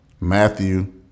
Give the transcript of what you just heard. Matthew